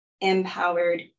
empowered